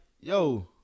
Yo